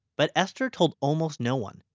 but esther told almost no one.